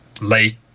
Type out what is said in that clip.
late